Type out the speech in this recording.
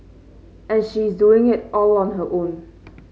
and she is doing it all on her own